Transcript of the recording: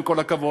עם כל הכבוד,